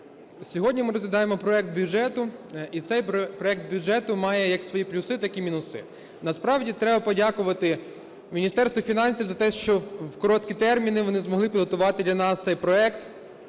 Сьогодні ми розглядаємо проект бюджету, і цей проект бюджету має як свої плюси, так і мінуси. Насправді, треба подякувати Міністерству фінансів за те, що в короткі терміни вони змогли підготувати для нас цей проект,